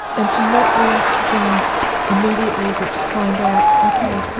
and to not react to things immediately but to find out, okay,